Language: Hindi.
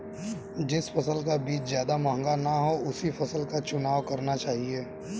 जिस फसल का बीज ज्यादा महंगा ना हो उसी फसल का चुनाव करना चाहिए